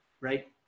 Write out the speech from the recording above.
Right